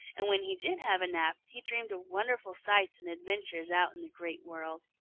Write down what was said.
and when he did have a nap, he dreamed of wonderful sights and adventures out in the great world.